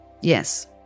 Yes